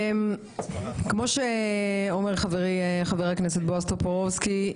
כמו שאומר חברי חבר הכנסת בועז טופורובסקי,